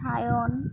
Sayan